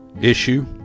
issue